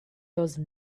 those